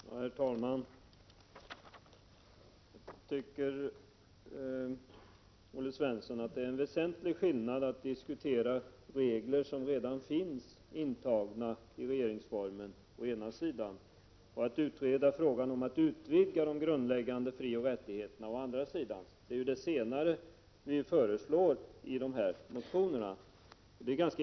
Herr talman! Jag tycker, Olle Svensson, att det är en väsentlig skillnad mellan att diskutera regler som redan finns intagna i regeringsformen och att utreda frågan om att utvidga de grundläggande frioch rättigheterna. Det är ju det senare som vi föreslår i motionerna.